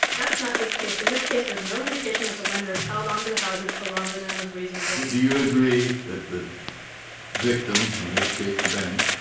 that's not this case. in this case, there's no indication that the lenders held on to the houses for longer than was reasonable. kennedy do you agree that the victim, in this case the bank,